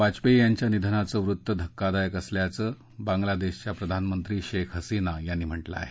वाजपेयी यांच्या निधनाचं वृत्त धक्कादायक असल्याचं बांगलादेशच्या प्रधानमंत्री शेख हसीना यांनी म्हटलं आहे